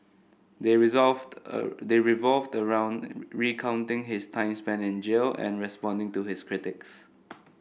they they revolve around recounting his time spent in jail and responding to his critics